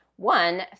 One